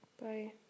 Bye